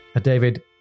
David